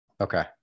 Okay